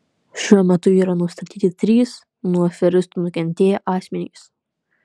šiuo metu yra nustatyti trys nuo aferistų nukentėję asmenys